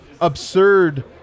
absurd-